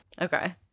Okay